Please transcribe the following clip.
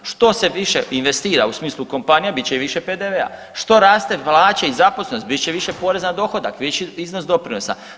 Što se više investira u smislu kompanija bit će više PDV-a, što raste plaće i zaposlenost bit će više poreza na dohodak, viši iznos doprinosa.